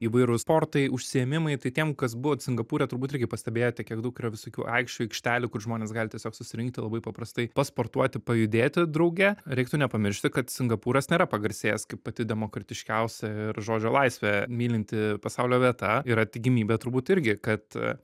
įvairūs sportai užsiėmimai tai tiem kas buvot singapūre turbūt irgi pastebėjote kiek daug yra visokių aikščių aikštelių kur žmonės gali tiesiog susirinkti labai paprastai pasportuoti pajudėti drauge reiktų nepamiršti kad singapūras nėra pagarsėjęs kaip pati demokratiškiausia ir žodžio laisvę mylinti pasaulio vieta yra tikimybė turbūt irgi kad